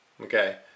Okay